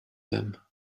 them